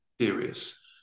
serious